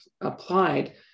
applied